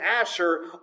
Asher